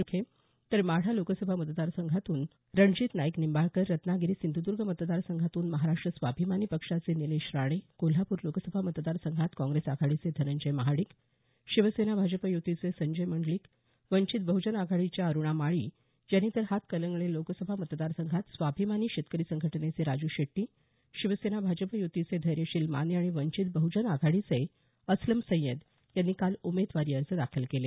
सुजय विखे तर माढा लोकसभा मतदार संघातून रणजित नाईक निंबाळकर रत्नागिरी सिंधूदर्ग मतदार संघातून महाराष्ट स्वाभिमानी पक्षाचे नीलेश राणे कोल्हापूर लोकसभा मतदारसंघात काँग्रेस आघाडीचे धनंजय महाडिक शिवसेना भाजप युतीचे संजय मंडलिक वंचित बहजन आघाडीच्या अरुणा माळी यांनी तर हातकणंगले लोकसभा मतदारसंघात स्वाभिमानी शेतकरी संघटनेचे राजू शेट्टी शिवसेना भाजप युतीचे धैर्यशील माने आणि वंचित बहजन आघाडीचे असलम सय्यद यांनी काल उमेदवारी अर्ज दाखल केले